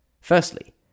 Firstly